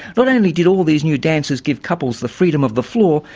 not only did all these new dances give couples the freedom of the floor,